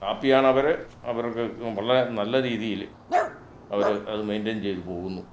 ഹാപ്പിയാണവർ അവർക്ക് വളരെ നല്ല രീതിയിൽ അവർ അത് മെയിൻറ്റയിൻ ചെയ്ത് പോകുന്നു